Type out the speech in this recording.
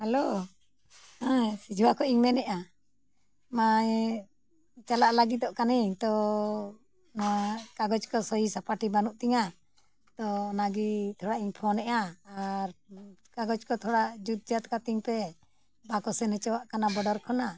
hello ᱦᱮᱸ ᱥᱤᱡᱩᱣᱟ ᱠᱷᱚᱡ ᱤᱧ ᱢᱮᱱᱮᱜᱼᱟ ᱢᱟᱧ ᱪᱟᱞᱟᱜ ᱞᱟᱹᱜᱤᱫᱚᱜ ᱠᱟᱱᱟᱧ ᱛᱚ ᱱᱚᱣᱟ ᱠᱟᱜᱚᱡᱽ ᱠᱚ ᱥᱳᱭᱤ ᱥᱟᱯᱟᱴᱤ ᱵᱟᱹᱱᱩᱜ ᱛᱤᱧᱟᱹ ᱛᱚ ᱚᱱᱟᱜᱮ ᱛᱷᱚᱲᱟ ᱤᱧ ᱯᱷᱳᱱᱮᱜᱼᱟ ᱟᱨ ᱠᱟᱜᱚᱡᱽ ᱠᱚ ᱛᱷᱚᱲᱟ ᱡᱩᱛ ᱡᱟᱛ ᱠᱟᱹᱛᱤᱧ ᱯᱮ ᱵᱟᱠᱚ ᱥᱮᱱ ᱦᱚᱪᱚᱣᱟᱜ ᱠᱟᱱᱟ ᱵᱚᱰᱚᱨ ᱠᱷᱚᱱᱟᱜ